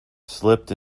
slipped